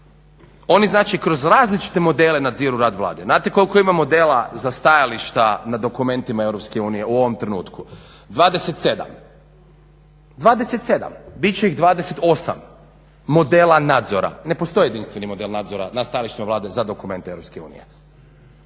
Oni znači kroz različite modele nadziru rad Vlade. Znate koliko ima modela za stajališta na dokumentima EU u ovom trenutku? 27. Bit će ih 28 modela nadzora. Ne postoji jedinstveni model nadzora na stajalištima Vlade za dokumente EU.